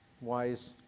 wise